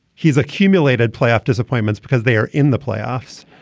he's accumulated playoff disappointments because they are in the playoffs.